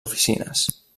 oficines